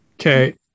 Okay